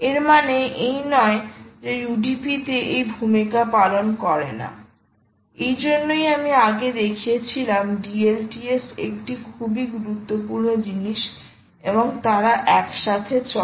এর মানে এই নয় যে UDP তে এই ভূমিকা পালন করে না এইজন্যই আমি আগে দেখিয়েছিলাম DLTS একটি খুবই গুরুত্বপূর্ণ জিনিস এবং তারা একসাথে চলে